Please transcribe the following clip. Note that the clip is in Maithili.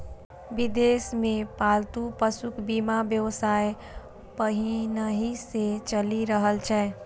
विदेश मे पालतू पशुक बीमा व्यवसाय पहिनहि सं चलि रहल छै